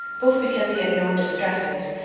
both because he had known distresses,